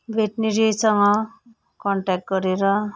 भेट्नेरीसँग contact गरेर